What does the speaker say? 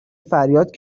فریاد